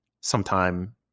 sometime